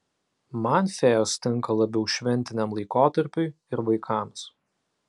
man fėjos tinka labiau šventiniam laikotarpiui ir vaikams